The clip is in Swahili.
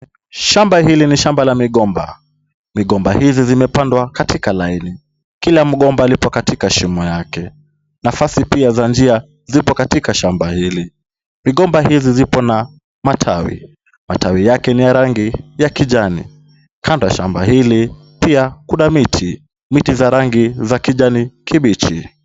Shamba hili ni shamba la migomba. Migomba hizi zimepandwa katika laini . Kila mgomba lipo katika shimo yake. Nafasi pia za njia zipo katika shamba hili. Migomba hizi zipo na matawi. Matawi yake ni ya rangi ya kijani. Kando ya shamba hili pia kuna miti, miti za rangi za kijani kibichi.